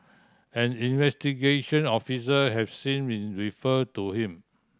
an investigation officer has since been referred to him